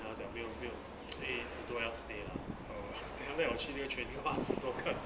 then 他讲没有没有 !hey! 很多人要 stay lah then after that 我去他 training !wah! 十多客